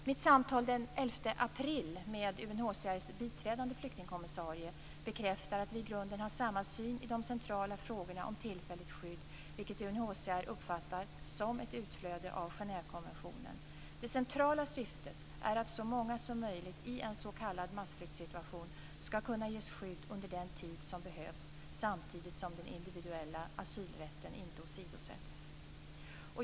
Mitt samtal den 11 april med UNHCR:s biträdande flyktingkommissarie bekräftar att vi i grunden har samma syn i de centrala frågorna om tillfälligt skydd, vilket UNHCR uppfattar som ett utflöde av Genèvekonventionen. Det centrala syftet är att så många som möjligt i en s.k. massflyktssituation ska kunna ges skydd under den tid som det behövs samtidigt som den individuella asylrätten inte åsidosätts.